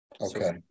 Okay